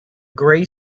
gray